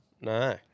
No